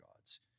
gods